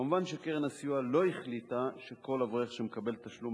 מובן שקרן הסיוע לא החליטה שכל אברך שמקבל תשלום